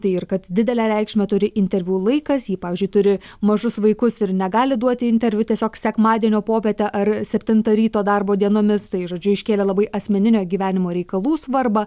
tai ir kad didelę reikšmę turi interviu laikas ji pavyzdžiui turi mažus vaikus ir negali duoti interviu tiesiog sekmadienio popietę ar septintą ryto darbo dienomis tai žodžiu iškėlė labai asmeninio gyvenimo reikalų svarbą